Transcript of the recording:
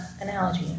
analogy